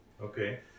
Okay